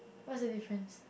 what's the difference